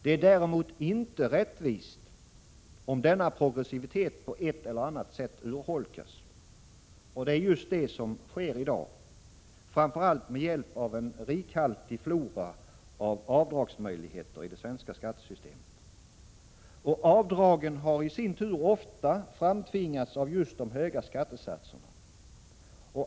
Det är däremot inte rättvist om denna progressivitet på ett eller annat sätt urholkas. Det är just detta som sker i dag, framför allt med hjälp av en rikhaltig flora av avdragsmöjligheter i det svenska skattesystemet. Avdragen har i sin tur ofta framtvingats av just de höga skattesatserna.